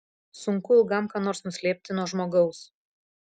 sunku ilgam ką nors nuslėpti nuo žmogaus